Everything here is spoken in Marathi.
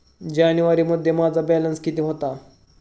जानेवारीमध्ये माझा बॅलन्स किती होता?